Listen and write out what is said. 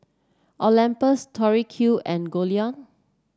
Olympus Tori Q and Goldlion